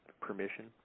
permission